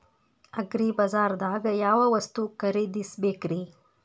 ಅಗ್ರಿಬಜಾರ್ದಾಗ್ ಯಾವ ವಸ್ತು ಖರೇದಿಸಬೇಕ್ರಿ?